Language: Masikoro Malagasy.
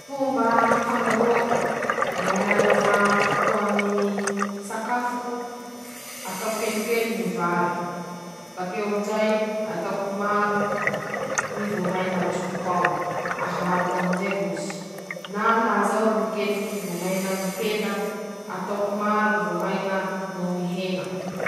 Fikafika handisana hane tsy misy fatahora ñy fisafidianan-teña ñy fitaova azo antoky mety amizay, manahaky ñy fampiasan-teña ñy leo noho ñ'akalo, manahaky anizay koa ñy fañarahan-teña maso azy aminy ñy hafana, alan-teña aminy ñy hafana ei noho ñy ando.